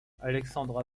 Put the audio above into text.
alexandra